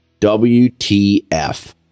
WTF